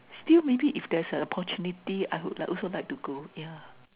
still maybe if there is a opportunity I would like also like to go yeah